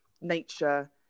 nature